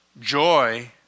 Joy